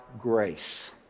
grace